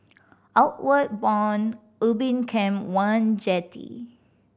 Outward Bound Ubin Camp One Jetty